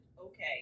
okay